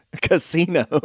Casino